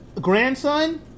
Grandson